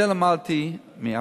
את זה למדתי מאשקלון.